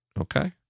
Okay